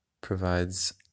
provides